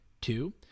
Two